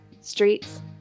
Streets